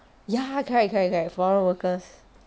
ya correct correct correct foreign workers